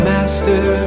Master